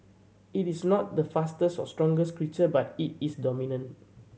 it is not the fastest or strongest creature but it is dominant